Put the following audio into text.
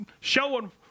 showing